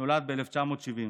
נולד ב-1970.